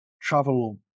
travel